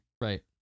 Right